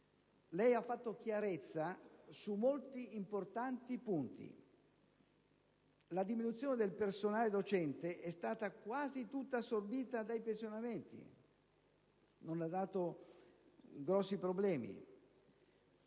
Lei ha fatto chiarezza su molti importanti punti. La diminuzione del personale docente è stata quasi tutta assorbita dai pensionamenti, non ha dato grandi problemi.